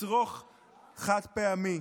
לצרוך חד-פעמי.